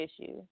issue